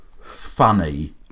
Funny